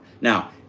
Now